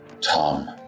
Tom